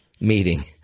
meeting